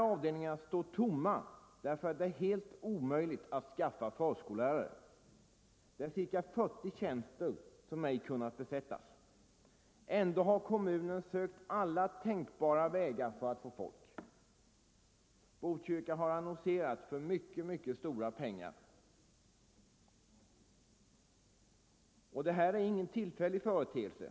Avdelningarna står tomma därför att det är helt omöjligt att skaffa förskollärare. Det är ca 40 tjänster som inte har kunnat besättas. Ändå har kommunen försökt alla tänkbara vägar för att få folk. Man har t.ex. annonserat för mycket stora pengar. Det här är ingen tillfällig företeelse.